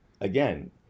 again